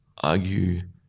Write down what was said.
Argue